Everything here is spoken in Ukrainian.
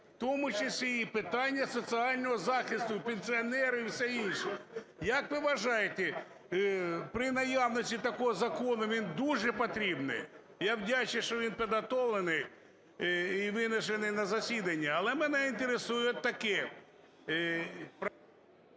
тому числі і питання соціального захисту і пенсіонерів, і все інше. Як ви вважаєте, при наявності такого закону він дуже потрібний? Я вдячний, що він підготовлений і винесений на засідання. Але мене інтересує таке…